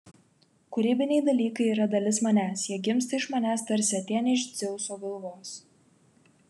kūrybiniai dalykai yra dalis manęs jie gimsta iš manęs tarsi atėnė iš dzeuso galvos